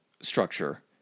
structure